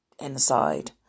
inside